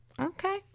Okay